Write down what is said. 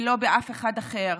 ולא באף אחד אחר.